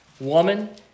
Woman